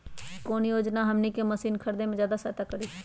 कौन योजना हमनी के मशीन के खरीद में ज्यादा सहायता करी?